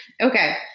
Okay